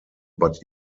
but